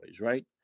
right